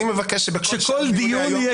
אני מבקש שבצ'אט של דיוני היום,